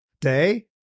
day